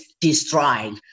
destroyed